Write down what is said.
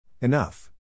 Enough